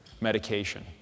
medication